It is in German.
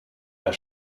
der